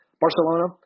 Barcelona